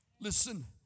Listen